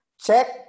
Check